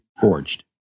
forged